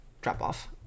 drop-off